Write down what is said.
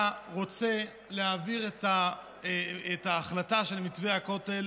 רוצה להעביר את ההחלטה של מתווה הכותל.